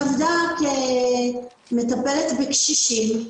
היא עבדה כמטפלת בקשישים.